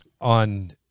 on